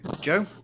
joe